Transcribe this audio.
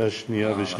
לקריאה שנייה ושלישית.